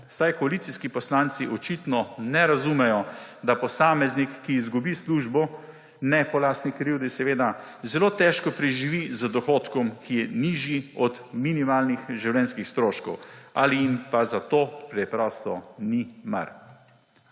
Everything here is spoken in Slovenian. saj koalicijski poslanci očitno ne razumejo, da posameznik, ki izgubi službo, ne po lastni krivdi seveda, zelo težko preživi z dohodkom, ki je nižji od minimalnih življenjskih stroškov, ali jima pa za to preprosto ni mar.